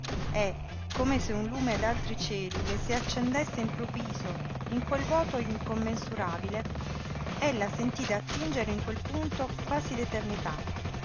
e come se un lume d'altri cieli le si accendesse improvviso in quel vuoto incommensurabile ella sentí d'attingere in quel punto quasi